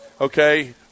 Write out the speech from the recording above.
okay –